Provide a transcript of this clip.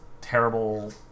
terrible